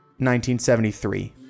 1973